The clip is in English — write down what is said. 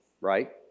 right